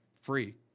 free